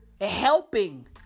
helping